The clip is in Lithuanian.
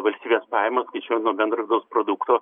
valstybės pajamos skaičiuojant nuo bendro vidaus produkto